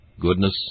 goodness